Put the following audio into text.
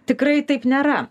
tikrai taip nėra